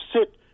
sit